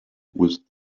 with